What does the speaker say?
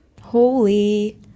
Holy